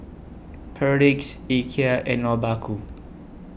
Perdix Ikea and Obaku